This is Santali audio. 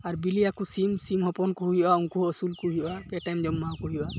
ᱟᱨ ᱵᱤᱞᱤᱭᱟᱠᱚ ᱥᱤᱢ ᱥᱤᱢ ᱦᱚᱯᱚᱱᱠᱚ ᱦᱩᱭᱩᱜᱼᱟ ᱩᱝᱠᱚ ᱟᱹᱥᱩᱞᱠᱚ ᱦᱩᱭᱩᱜᱼᱟ ᱯᱮ ᱴᱟᱭᱮᱢ ᱡᱚᱢ ᱮᱢᱟᱠᱚ ᱦᱩᱭᱩᱜᱼᱟ